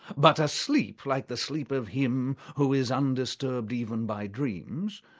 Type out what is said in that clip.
but a sleep like the sleep of him who is undisturbed even by dreams,